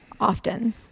Often